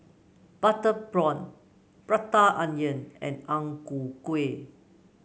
Butter Prawn Prata Onion and Ang Ku Kueh